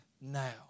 now